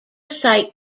site